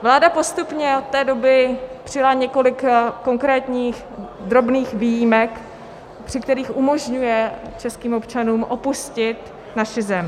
Vláda postupně od té doby přijala několik konkrétních drobných výjimek, při kterých umožňuje českým občanům opustit naši zem.